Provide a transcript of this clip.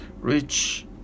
Rich